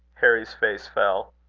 harry's face fell.